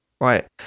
right